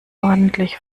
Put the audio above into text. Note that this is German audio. ordentlich